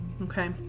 Okay